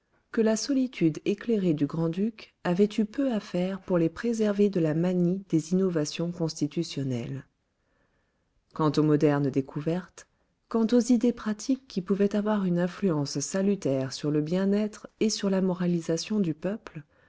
que la sollicitude éclairée du grand-duc avait eu peu à faire pour les préserver de la manie des innovations constitutionnelles quant aux modernes découvertes quant aux idées pratiques qui pouvaient avoir une influence salutaire sur le bien-être et sur la moralisation du peuple